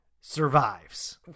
survives